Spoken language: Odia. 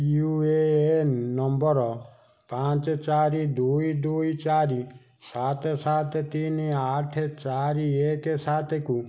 ୟୁ ଏ ଏନ୍ ନମ୍ବର୍ ପାଞ୍ଚ ଚାରି ଦୁଇ ଦୁଇ ଚାରି ସାତ ସାତ ତିନି ଆଠ ଚାରି ଏକ ସାତକୁ